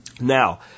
Now